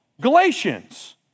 Galatians